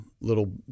little